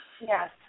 Yes